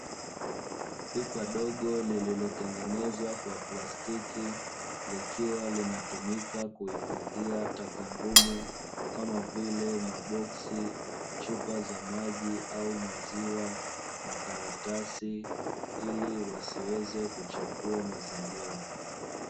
Pipa dogo lililotengenezwa kwa plastiki, likiwa linatumika kuhifadhia taka ngumu, kama vile; maboksi, chupa za maji au maziwa, makaratasi ili wasiweze kuchafua mazingira.